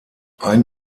ein